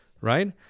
right